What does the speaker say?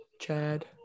Chad